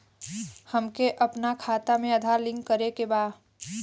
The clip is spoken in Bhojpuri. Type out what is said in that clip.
हमके अपना खाता में आधार लिंक करें के बा?